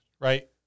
right